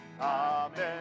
Amen